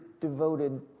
devoted